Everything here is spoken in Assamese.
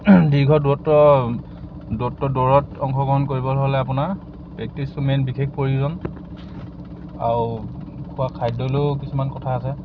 দীৰ্ঘ দূৰত্ব দূৰত্ব দৌৰত অংশগ্ৰহণ কৰিবলৈ হ'লে আপোনাৰ প্ৰেক্টিচটো মেইন বিশেষ প্ৰয়োজন আৰু খোৱা খাদ্যলৈও কিছুমান কথা আছে